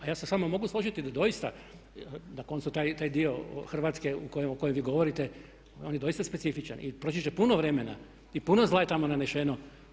A ja se s vama mogu složiti da doista, na koncu taj dio Hrvatske o kojem vi govorite on je doista specifičan, i proći će puno vremena i puno zla je tamo naneseno.